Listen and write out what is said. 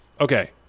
okay